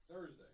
Thursday